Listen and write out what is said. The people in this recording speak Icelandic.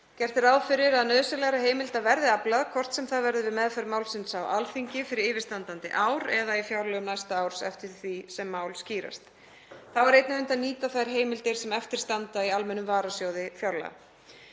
Gert er ráð fyrir að nauðsynlegra heimilda verði aflað, hvort sem það verður við meðferð málsins á Alþingi fyrir yfirstandandi ár eða í fjárlögum næsta árs eftir því sem mál skýrast. Þá er einnig unnt að nýta þær heimildir sem eftir standa í almennum varasjóði fjárlaga.